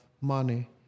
money